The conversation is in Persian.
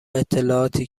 اطلاعاتی